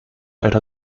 era